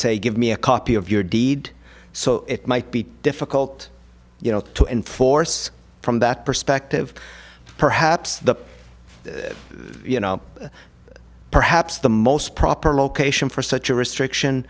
say give me a copy of your deed so it might be difficult to enforce from that perspective perhaps the you know perhaps the most proper location for such a restriction